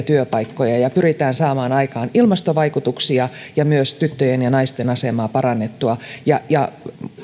työpaikkoja ja pyritään saamaan aikaan ilmastovaikutuksia ja myös tyttöjen ja naisten asemaa parantamaan ja